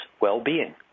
well-being